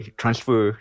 transfer